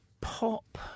pop